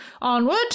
Onward